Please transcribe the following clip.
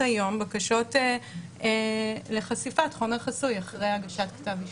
היום בקשות לחשיפת חומר חסוי אחרי הגשת כתב אישום.